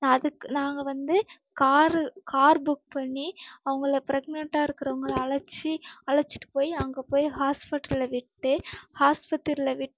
நான் அதுக்கு நாங்கள் வந்து கார் கார் புக் பண்ணி அவங்கள பிரெக்னென்ட்டாக இருக்கிறவங்கள அழைச்சி அழைச்சிட்டு போய் அங்கே போய் ஹாஸ்பிட்டல்ல விட்டு ஹாஸ்பத்திரியில விட்டு